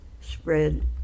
spread